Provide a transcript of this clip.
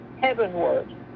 heavenward